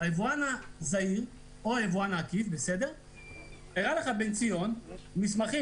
היבואן הזעיר או היבואן העקיף הראה לך בן ציון מסמכים